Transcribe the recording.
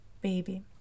baby